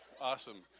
Awesome